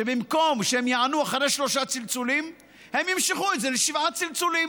שבמקום שהם יענו אחרי שלושה צלצולים הם ימשכו את זה לשבעה צלצולים,